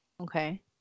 Okay